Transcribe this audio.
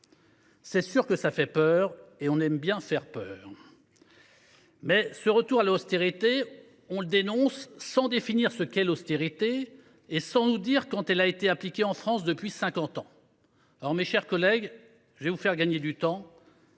: cela fait peur et on aime bien se faire peur ! Mais ce retour à l’austérité, on le dénonce sans définir ce qu’est l’austérité et sans nous dire quand elle a été appliquée en cinquante ans. Mes chers collègues, je vais vous faire gagner du temps,